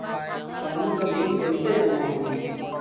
पानी के बिल कैसे जमा होयी?